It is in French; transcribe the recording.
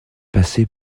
passer